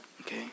Okay